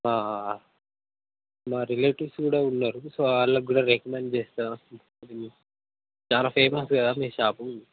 మా రిలేటివ్స్ కూడా ఉన్నారు సో వాళ్ళకు కూడా రికమెండ్ చేస్తా చాలా ఫేమస్ కదా మీ షాపు